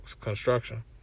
construction